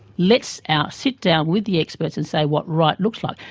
let's ah sit down with the experts and say what right looks like.